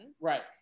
Right